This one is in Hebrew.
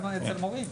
גם אצל מורים,